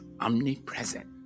omnipresent